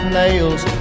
nails